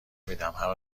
میدمهر